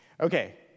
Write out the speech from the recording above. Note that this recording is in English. Okay